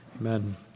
Amen